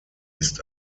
ist